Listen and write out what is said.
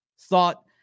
thought